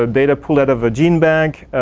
ah data pulled out of a gene bank,